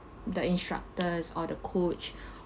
the instructors or the coach